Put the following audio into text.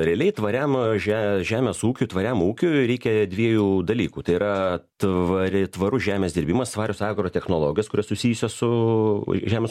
realiai tvariam žemės ūkiui tvariam ūkiui reikia dviejų dalykų tai yra tvari tvarus žemės dirbimas svarios agaro technologijos kurios susijusios su žemės